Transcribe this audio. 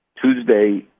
Tuesday